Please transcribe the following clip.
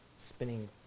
spinning